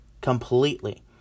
completely